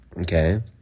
Okay